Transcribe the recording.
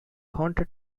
haunted